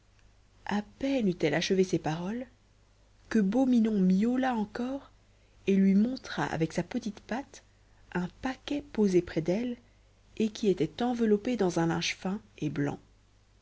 a peine eut-elle achevé ces paroles que beau minon miaula encore et lui montra avec sa petite patte un paquet posé près d'elle et qui était enveloppé dans un linge fin et blanc